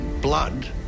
Blood